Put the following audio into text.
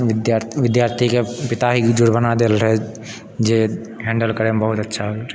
विद्यार्थी विद्यार्थीके पिता ही जुर्माना देल रहए जे हैंडल करएमे बहुत अच्छा